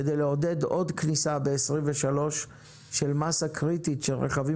כדי לעודד עוד כניסה ב-23 של מסה קריטית של רכבים